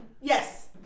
Yes